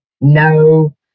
no